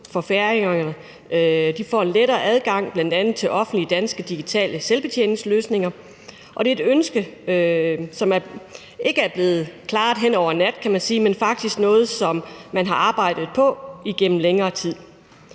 for færingerne, for de får lettere adgang til bl.a. offentlige danske digitale selvbetjeningsløsninger, og det er et ønske, som ikke er blevet klaret hen over en nat, kan man sige, men faktisk noget, som man har arbejdet på igennem længere tid.